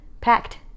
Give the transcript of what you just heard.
Packed